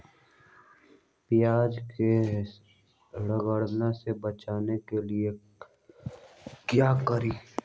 प्याज को सड़ने से बचाने के लिए क्या करें?